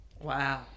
Wow